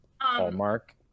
Hallmark